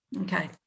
Okay